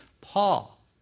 Paul